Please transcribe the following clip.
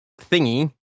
thingy